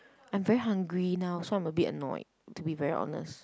I'm very hungry now so I'm a bit annoyed to be very honest